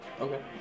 Okay